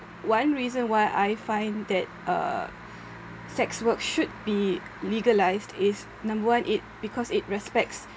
one reason why I find that uh sex work should be legalised is number one it because it respects